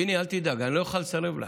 פיני, אל תדאג, אני לא אוכל לסרב לה.